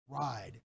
ride